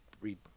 read